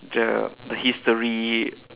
the the history